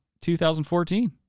2014